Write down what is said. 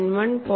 1 0